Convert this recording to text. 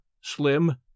slim